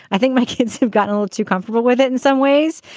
i think my kids have gotten all too comfortable with it in some ways.